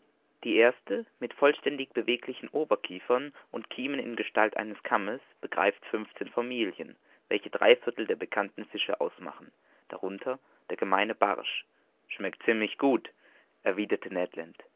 die erste mit vollständigen beweglichen oberkiefern und kiemen in gestalt eines kammes begreift fünfzehn familien welche drei viertel der bekannten fische ausmachen darunter der gemeine barsch schmeckt ziemlich gut erwiderte